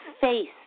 face